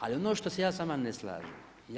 Ali ono što se ja sa vama ne slažem.